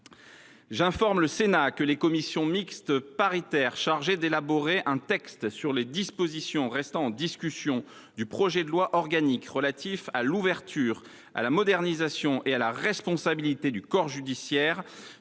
J’informe le Sénat que les commissions mixtes paritaires chargées d’élaborer un texte sur les dispositions restant en discussion du projet de loi organique relatif à l’ouverture, à la modernisation et à la responsabilité du corps judiciaire,